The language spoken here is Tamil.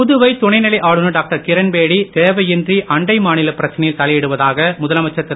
புதுவை துணைநிலை ஆளுநர் டாக்டர் கிரண்பேடி தேவையின்றி அண்டை மாநிலப் பிரச்சனைகளில் தலையிடுவதாக முதலமைச்சர் திரு